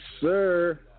sir